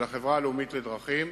של החברה הלאומית לדרכים,